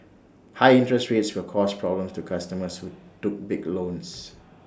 high interest rates will cause problems to customers who took big loans